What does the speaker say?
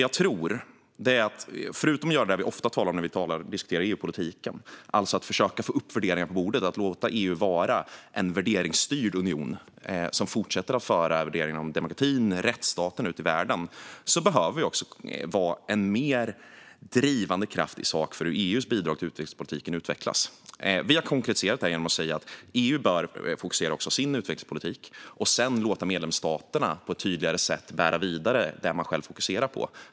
Jag tror att vi förutom att göra det vi ofta talar om när vi diskuterar EU-politiken - försöka få upp värderingar på bordet och låta EU vara en värderingsstyrd union som fortsätter att föra värderingar om demokrati och rättsstat ut i världen - också behöver vara en mer drivande kraft när det gäller hur EU:s bidrag till utvecklingspolitiken utvecklas. Vi har konkretiserat detta genom att säga att även EU bör fokusera sin utvecklingspolitik och sedan låta medlemsstaterna på ett tydligare sätt bära vidare det de själva fokuserar på.